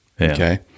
okay